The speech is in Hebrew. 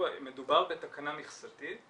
מדובר בתקנה מכסתית.